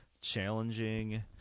challenging